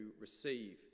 receive